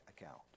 account